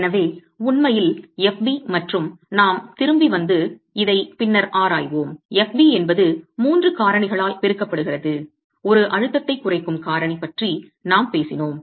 எனவே உண்மையில் fb மற்றும் நாம் திரும்பி வந்து இதை பின்னர் ஆராய்வோம் fb என்பது மூன்று காரணிகளால் பெருக்கப்படுகிறது ஒரு அழுத்தத்தை குறைக்கும் காரணி பற்றி நாம் பேசினோம்